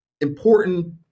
important